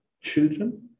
children